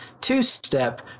Two-Step